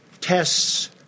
tests